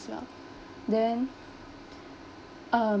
well then um